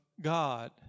God